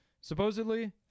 supposedly